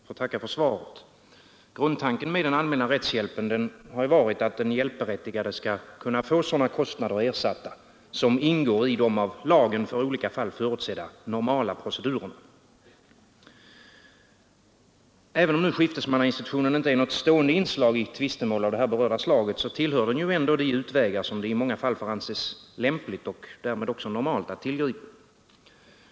Herr talman! Grundtanken med den allmänna rättshjälpen är ju att den hjälpberättigade skall få sådana kostnader ersatta som ingår i av lagen för olika fall förutsedda normala procedurer. Även om skiftesmannainstitutionen inte är något stående inslag i tvister av här berört slag, tillhör den ändå de utvägar som det i många fall får anses lämpligt och därmed också normalt att tillgripa.